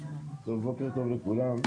בוקר טוב לכולם,